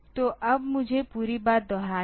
तो अब मुझे पूरी बात दोहरानी है